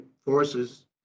forces